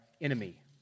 enemy